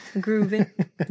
grooving